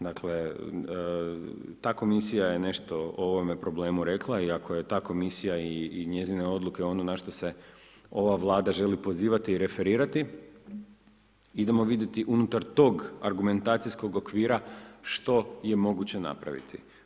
Dakle, ta komisija je nešto o ovom problemu rekla i ako je ta komisija i njezine odluke ono na nešto se ova Vlada želi pozivati i referirati, idemo vidjeti unutar tog argumentacijskog okvira što je moguće napraviti.